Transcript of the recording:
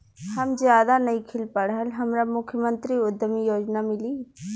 हम ज्यादा नइखिल पढ़ल हमरा मुख्यमंत्री उद्यमी योजना मिली?